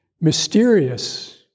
Mysterious